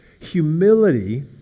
Humility